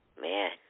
Man